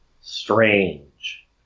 strange